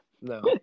No